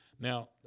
Now